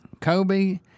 Kobe